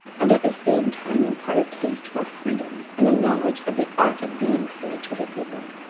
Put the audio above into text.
and at the same time impart a taste for freedom and a knowledge of the art of being free to the people.